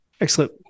Excellent